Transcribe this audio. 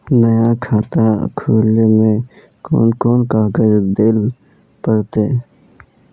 नया खाता खोले में कौन कौन कागज देल पड़ते?